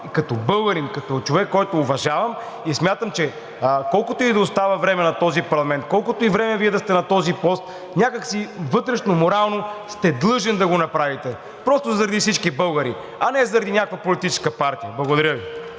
като българин, като човек, който уважавам, и смятам, че колкото и време да остава на този парламент, колкото и време Вие да сте на този пост, някак си вътрешно морално сте длъжен да го направите, просто заради всички българи, а не заради някаква политическа партия. Благодаря Ви.